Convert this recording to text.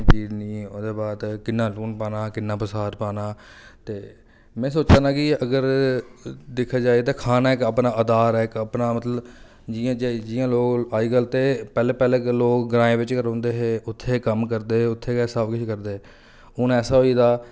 जिन्नी ते ओह्दे बाद किन्ना लून पाना किन्ना बसार पाना ते में सोचा ना कि अगर दिक्खेआ जा ते खाना इक अपना अधार ऐ अपना मतलब जि'यां जि'यां लोक अजकल ते पैह्लें पैह्लें लोक ग्राएं बिच गै रौंह्दे हे उत्थै गै कम्म करदे हे ते उत्थै गै सबकिश करदे हून ऐसा होई गेदा